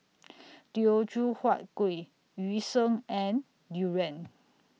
Teochew Huat Kuih Yu Sheng and Durian